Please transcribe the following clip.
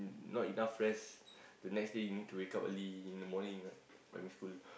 not enough rest the next day you need to wake up early in the morning right primary school